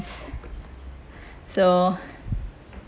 so